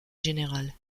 générale